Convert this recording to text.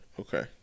Okay